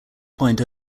point